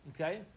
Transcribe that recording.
okay